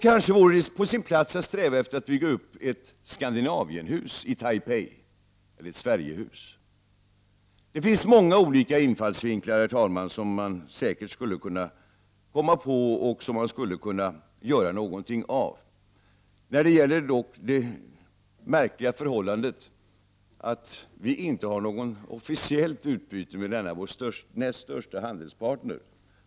Kanske vore det på sin plats att sträva efter att bygga upp ett Sverigehus i Taipei. Det finns många infallsvinklar, herr talman, som man säkert skulle kunna komma på och göra någonting av. Dock gäller det märkliga förhållandet att vi inte har något officiellt utbyte med denna vår näst största handelspartner i Asien.